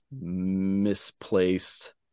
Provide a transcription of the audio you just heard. misplaced